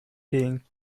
being